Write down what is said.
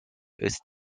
ist